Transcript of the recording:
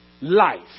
life